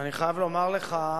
ואני חייב לומר לך,